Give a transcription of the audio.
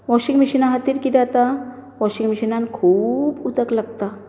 washing मशिनान कितें आतां वाँशिग मशिनात खूब उदक लागता